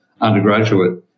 undergraduate